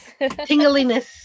tingliness